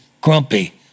Grumpy